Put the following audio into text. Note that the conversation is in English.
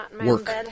work